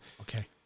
Okay